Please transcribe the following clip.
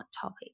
topic